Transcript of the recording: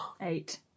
Eight